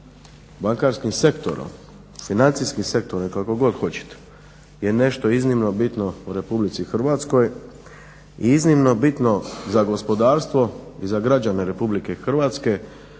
bankarskim sektorom, financijskim sektorom i kako god hoćete, je nešto iznimno bitno u RH i iznimno bitno za gospodarstvo i za građane RH i njena